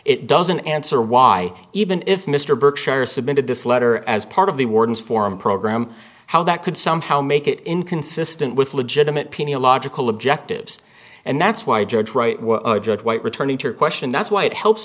it doesn't answer why even if mr berkshire submitted this letter as part of the warden's form a program how that could somehow make it inconsistent with legitimate pea logical objectives and that's why judge wright judge white returning to a question that's why it helps